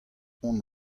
hon